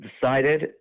decided